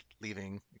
leaving